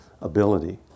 ability